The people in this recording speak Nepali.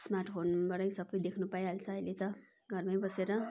स्मार्ट फोनबाटै सबै देख्नु पाइहाल्छ अहिले त घरमै बसेर